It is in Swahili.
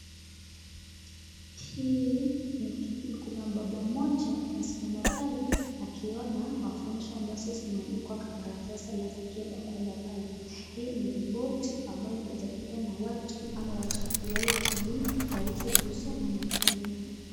Hii kuna baba mmoja amesimama pale akiona mafunzo ambazo zimeandikwa kwa karatasi alafu akienda kwenda pale. Hii ni ripoti ambayo ingetakikana watu ama watu katika hio jamii waweze kusoma na kuelewa.